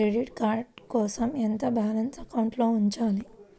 Credit card కోసం ఎంత balance అకౌంట్లో ఉంచాలి?